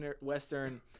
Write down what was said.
Western